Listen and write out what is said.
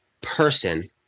person